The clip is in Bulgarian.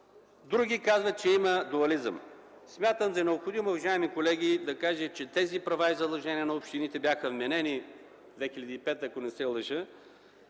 Други казват, че има дуализъм. Смятам за необходимо, уважаеми колеги, да кажа, че тези права и задължения на общините бяха вменени, ако не се лъжа,